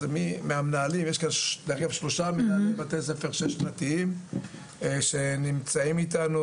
יש כאן שלושה מנהלי בתי ספר שש-שנתיים שנמצאים איתנו,